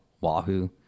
wahoo